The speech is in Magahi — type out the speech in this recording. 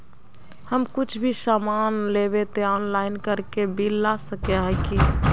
हम कुछ भी सामान लेबे ते ऑनलाइन करके बिल ला सके है की?